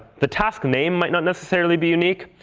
the task name might not necessarily be unique.